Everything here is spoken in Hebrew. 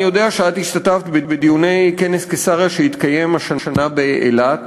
אני יודע שאת השתתפת בדיוני כנס קיסריה שהתקיים השנה באילת.